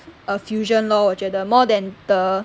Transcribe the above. a fusion lor 我觉得 more than the